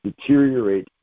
deteriorate